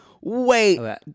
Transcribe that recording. wait